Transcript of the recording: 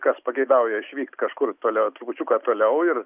kas pageidauja išvykt kažkur tolia trupučiuką toliau ir